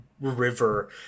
river